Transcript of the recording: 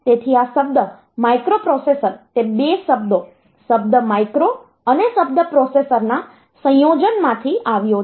તેથી આ શબ્દ માઇક્રોપ્રોસેસર તે બે શબ્દો શબ્દ માઇક્રો અને શબ્દ પ્રોસેસરનાં સંયોજનમાંથી આવ્યો છે